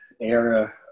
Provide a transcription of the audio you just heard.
era